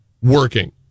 working